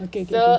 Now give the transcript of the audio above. okay okay okay